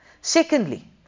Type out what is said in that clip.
Secondly